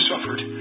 suffered